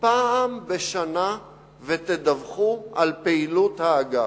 פעם בשנה ותדווחו על פעילות האגף.